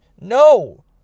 No